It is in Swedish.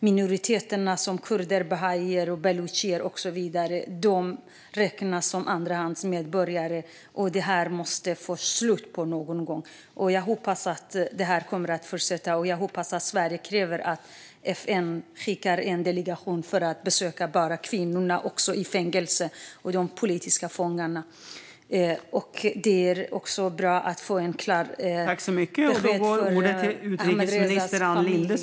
Minoriteter som kurder, bahaier, balucher och så vidare räknas som andra klassens medborgare. Det måste bli ett slut på det här någon gång, och jag hoppas att Sverige kräver att FN skickar en delegation för att besöka kvinnorna och andra politiska fångar som sitter i fängelse. Det vore också bra för Ahmadrezas familj att få ett klart besked.